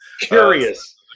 Curious